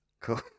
Cool